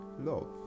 Love